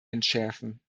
entschärfen